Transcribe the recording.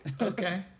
Okay